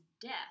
death